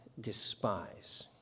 despise